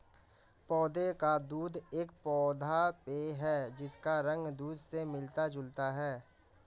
पौधे का दूध एक पौधा पेय है जिसका रंग दूध से मिलता जुलता है